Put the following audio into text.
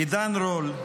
עידן רול,